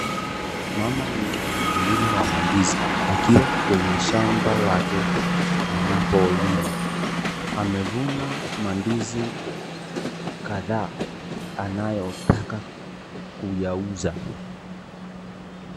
Mama huyu ni mkulima wa mandizi akiwa kwenye shamba lake anapolima. Amevuna mandizi kadhaa anayotaka kuyauza.